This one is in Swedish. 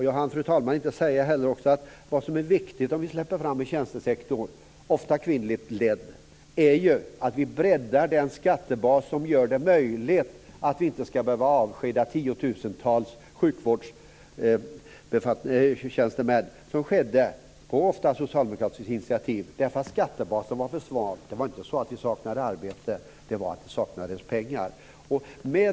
Jag hann, fru talman, inte heller säga att det viktiga är, om vi släpper fram bemanningsföretagen i tjänstesektorn, ofta kvinnligt ledda, att vi breddar skattebasen som gör att vi inte ska behöva avskeda tiotusentals sjukvårdstjänstemän, såsom skedde på socialdemokratiskt initiativ därför att skattebasen var för svag. Det var inte så att vi saknade arbete, det var att det saknades pengar.